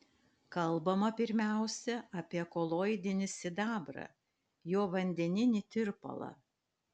kalbama pirmiausia apie koloidinį sidabrą jo vandeninį tirpalą